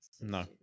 No